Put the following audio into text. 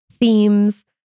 themes